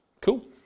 Cool